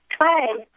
Hi